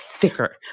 thicker